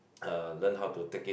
uh learn how to take it